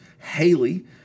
Haley